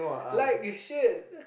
like shit